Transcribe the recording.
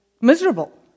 miserable